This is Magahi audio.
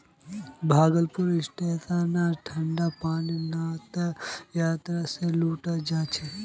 भागलपुर स्टेशनत ठंडा पानीर नामत यात्रि स लूट ह छेक